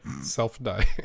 Self-die